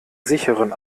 sicheren